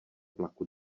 vlaku